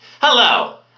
Hello